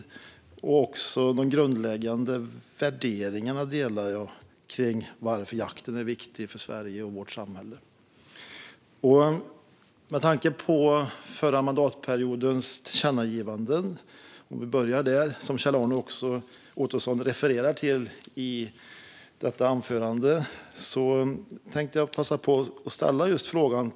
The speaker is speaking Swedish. Jag delar också de grundläggande värderingarna om varför jakten är viktig för Sverige och vårt samhälle. Vi kan börja med förra mandatperiodens tillkännagivanden, som Kjell-Arne Ottosson refererar till i detta anförande. Jag tänkte passa på att ställa en fråga.